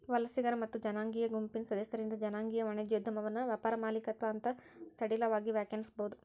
ವಲಸಿಗರ ಮತ್ತ ಜನಾಂಗೇಯ ಗುಂಪಿನ್ ಸದಸ್ಯರಿಂದ್ ಜನಾಂಗೇಯ ವಾಣಿಜ್ಯೋದ್ಯಮವನ್ನ ವ್ಯಾಪಾರ ಮಾಲೇಕತ್ವ ಅಂತ್ ಸಡಿಲವಾಗಿ ವ್ಯಾಖ್ಯಾನಿಸೇದ್